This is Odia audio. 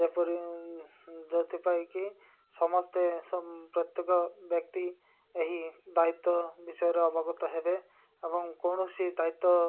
ଯେପରି ଯେଉଁଥିପାଇଁକିି ସମସ୍ତେ ପ୍ରତ୍ୟେକ ବ୍ୟକ୍ତି ଏହି ଦାୟିତ୍ୱ ବିଷୟରେ ଅବଗତ ହେବେ ଏବଂ କୌଣସି ଦାୟିତ୍ୱ